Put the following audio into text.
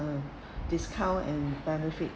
uh discount and benefit